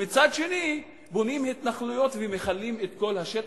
ומצד שני בונים התנחלויות ומכלים את כל השטח,